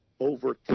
Over